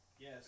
Yes